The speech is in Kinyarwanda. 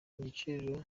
igiciro